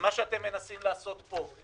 ומה שאתם מנסים לעשות פה,